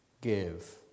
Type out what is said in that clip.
give